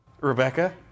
Rebecca